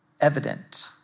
evident